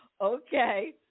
Okay